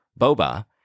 boba